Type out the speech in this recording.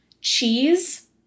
cheese